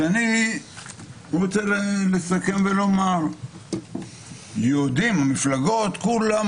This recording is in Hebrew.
אני רוצה לסכם ולומר, שהמפלגות כולן